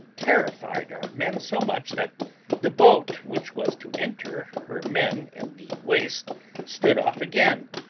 terrified our men so much that the boat which was to enter her men in the waist stood off again,